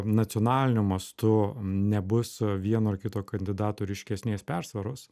nacionaliniu mastu nebus vieno ar kito kandidato ryškesnės persvaros